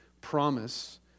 promise